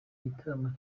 gitaramo